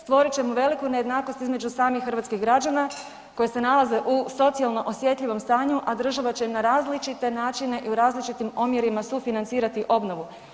Stvorit ćemo veliku nejednakost između samih hrvatskih građana koji se nalaze u socijalno osjetljivom stanju, a država će im na različite načine i u različitim omjerima sufinancirati obnovu.